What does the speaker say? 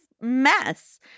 mess